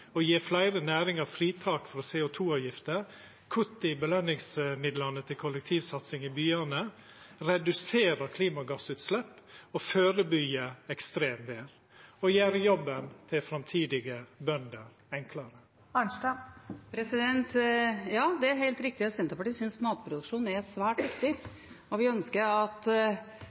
å gje fleire næringar fritak frå CO 2 -avgifter og kutt i belønningsmidlane til kollektivsatsing i byane reduserer klimagassutslepp og førebyggjer ekstremvêr og gjer jobben til framtidige bønder enklare? Det er helt riktig at Senterpartiet synes matproduksjon er svært viktig, og vi ønsker at